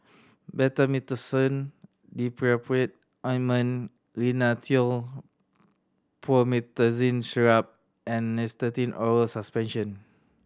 Betamethasone Dipropionate Ointment Rhinathiol Promethazine Syrup and Nystatin Oral Suspension